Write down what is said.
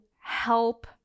help